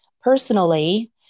personally